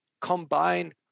combine